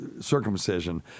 circumcision